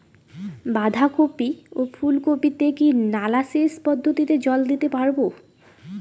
বাধা কপি ও ফুল কপি তে কি নালা সেচ পদ্ধতিতে জল দিতে পারবো?